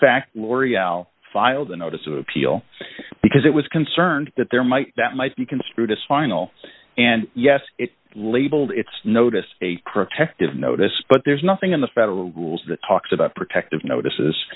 fact l'oreal filed a notice of appeal because it was concerned that there might that might be construed as final and yes it labeled its notice a protective notice but there's nothing in the federal rules that talks about protective notices